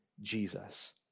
Jesus